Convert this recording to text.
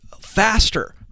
faster